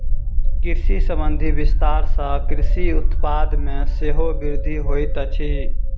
कृषि संबंधी विस्तार सॅ कृषि उत्पाद मे सेहो वृद्धि होइत अछि